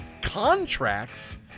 contracts